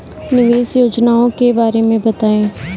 निवेश योजनाओं के बारे में बताएँ?